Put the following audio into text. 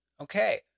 okay